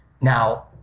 Now